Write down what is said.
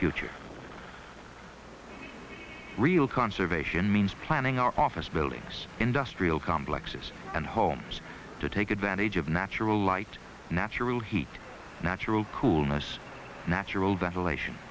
future real conservation means planning our office buildings industrial complexes and homes to take advantage of natural light natural heat natural coolness natural